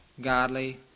godly